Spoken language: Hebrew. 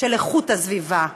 של איכות הסביבה.